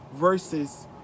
versus